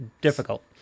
difficult